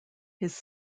his